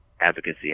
advocacy